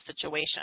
situation